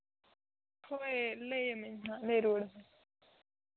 ᱦᱳᱭ ᱞᱟᱹᱭ ᱟᱹᱢᱟᱹᱧ ᱦᱟᱸᱜ ᱞᱟᱹᱭ ᱨᱩᱣᱟᱹᱲ ᱟᱢᱟᱹᱧ